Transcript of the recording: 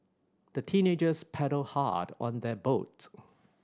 the teenagers paddled hard on their boat